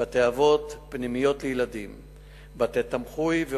מהפנימייה נגנבו חפצים וכסף.